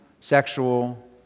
sexual